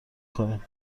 کنیم